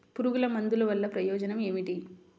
పురుగుల మందుల వల్ల ప్రయోజనం ఏమిటీ?